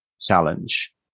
Challenge